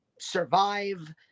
survive